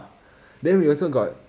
then we also got